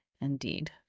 Indeed